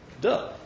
Duh